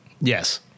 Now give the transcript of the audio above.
Yes